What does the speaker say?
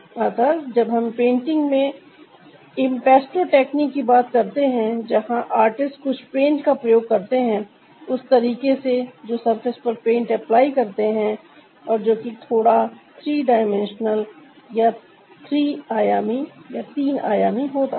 अतः जब हम पेंटिंग में इंपेस्टो टेक्निक की बात करते हैं वहां आर्टिस्ट कुछ पेंट का प्रयोग करते हैं उस तरीके से जो सर्फेस पर पेंट अप्लाई करते है जो कि थोड़ा त्री आयामी होता है